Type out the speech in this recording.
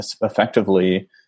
effectively